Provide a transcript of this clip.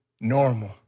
normal